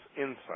insight